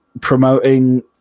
Promoting